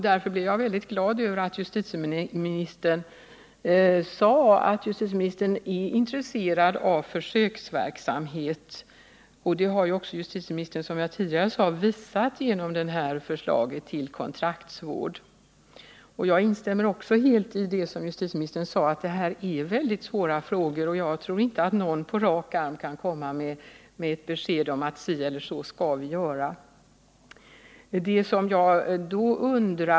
Därför blev jag glad över att justitieministern sade att han är intresserad av försöksverksamhet. Det har ju, som jag tidigare sade, justitieministern också visat genom förslaget till kontraktsvård. Jag instämmer även helt i justitieministerns uttalande att detta är väldigt svåra frågor. Jag tror inte att någon på rak arm kan ge ett besked om att si eller så skall vi göra.